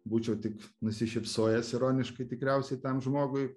būčiau tik nusišypsojęs ironiškai tikriausiai tam žmogui